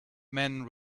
men